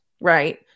Right